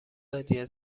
دادیا